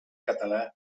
català